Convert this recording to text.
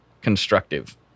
constructive